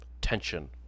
tension